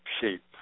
shape